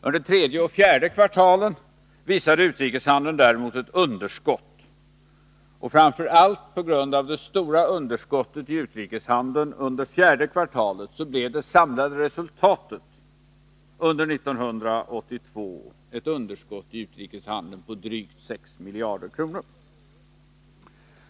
Under tredje och fjärde kvartalen visade utrikeshandeln däremot ett underskott, och framför allt på grund av det stora underskottet i utrikeshandelsbalansen under fjärde kvartalet blev det samlade resultatet under 1982 ett underskott i utrikeshandeln på drygt 6 miljarder kronor.